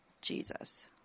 Jesus